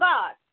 God